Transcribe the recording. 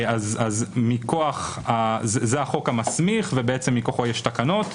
אז מכוח זה החוק המסמיך ובעצם מכוחו יש תקנות,